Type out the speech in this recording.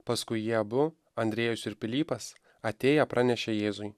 paskui jie abu andriejus ir pilypas atėję pranešė jėzui